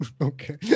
okay